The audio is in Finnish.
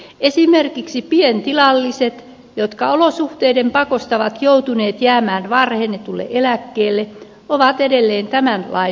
esimerkiksi pientilalliset jotka olosuhteiden pakosta ovat joutuneet jäämään varhennetulle eläkkeelle ovat edelleen tämän lain puolella